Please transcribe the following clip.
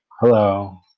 Hello